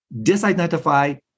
disidentify